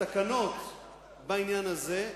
התקנות בעניין הזה,